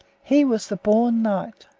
he was the born knight.